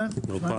כן,